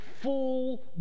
full